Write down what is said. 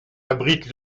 abrite